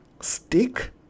stick